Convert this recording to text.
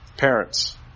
parents